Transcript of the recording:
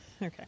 Okay